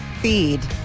feed